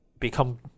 become